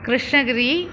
Krishnagiri